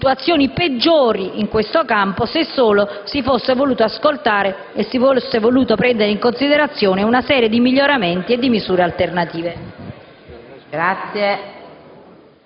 situazioni peggiori in questo campo, se solo si volesse ascoltare e prendere in considerazione una serie di miglioramenti e di misure alternative.